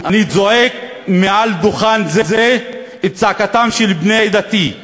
אני זועק מעל דוכן זה את זעקתם של בני עדתי: